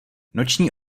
noční